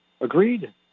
Agreed